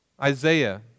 Isaiah